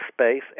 space